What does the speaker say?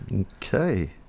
Okay